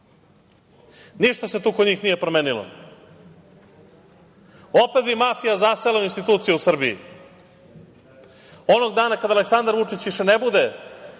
Ništa se tu kod njih nije promenilo. Opet bi mafija zasela u institucije u Srbiji. Onog dana kada Aleksandar Vučić više ne bude